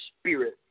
spirit